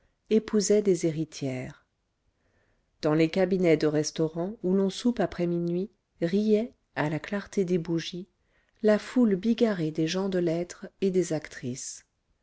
épousaient des héritières dans les cabinets de restaurant où l'on soupe après minuit riait à la clarté des bougies la foule bigarrée des gens de lettres et des actrices